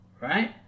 right